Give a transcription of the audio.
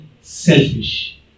selfish